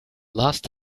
last